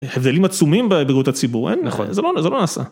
יש הבדלים עצומים בבריאות הציבור, אין, זה לא נעשה.